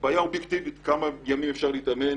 הבעיה היא אוביקטיבית: כמה ימים אפשר להתאמן,